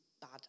Bad